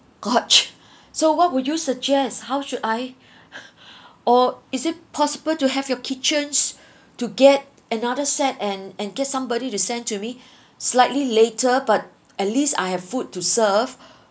gosh so what would you suggest how should I or is it possible to have your kitchens to get another set and and get somebody to sent to me slightly later but at least I have food to serve